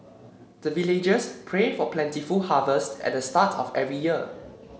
the villagers pray for plentiful harvest at the start of every year